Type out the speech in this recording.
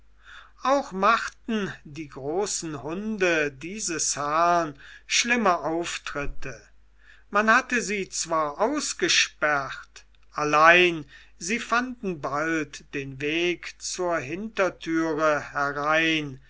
auch machten die großen hunde dieses herrn schlimme auftritte man hatte sie zwar ausgesperrt allein sie fanden bald den weg zur hintertüre herein